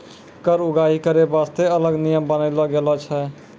कर उगाही करै बासतें अलग नियम बनालो गेलौ छै